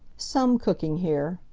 some cooking here,